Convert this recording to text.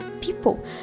people